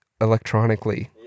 electronically